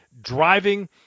driving